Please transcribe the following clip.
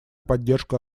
поддержку